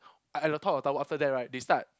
at at the top of tower after that right they start